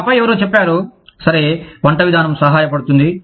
ఆపై ఎవరో చెప్పారు సరే వంట విధానం సహాయపడుతుంది